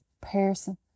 person